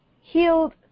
healed